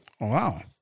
Wow